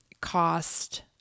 cost